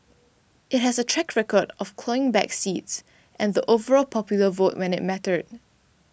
it has a track record of clawing back seats and the overall popular vote when it mattered